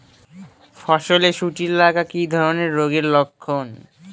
ফসলে শুটি লাগা কি ধরনের রোগের লক্ষণ?